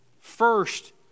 first